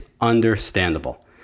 understandable